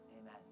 Amen